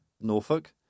Norfolk